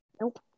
Nope